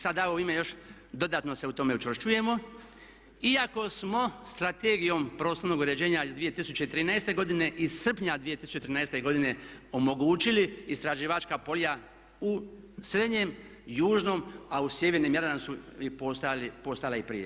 Sada u ime još dodatno se u tome učvršćujemo iako smo Strategijom prostornog uređenja iz 2013. godine, iz srpnja 2013. godine omogućili istraživačka polja u srednjem, južnom a u sjevernom Jadranu su i postojala i prije.